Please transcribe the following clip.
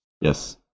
Yes